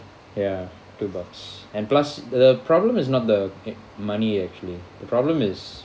ya two bucks and plus the problem is not the money actually the problem is